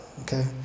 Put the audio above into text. okay